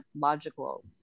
logical